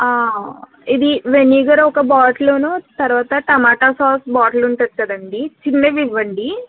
ఇది వెనిగర్ ఒక బాటిలూ ను తర్వాత టమాటా సాస్ బాటిల్ ఉంటుంది కదండి చిన్నవి ఇవ్వండీ